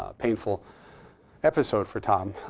ah painful episode for tom,